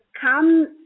come